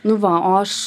nu va o aš